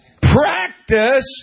practice